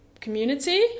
community